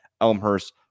Elmhurst